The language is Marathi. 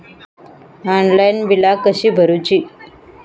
ऑनलाइन बिला कशी भरूची?